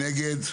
נגד?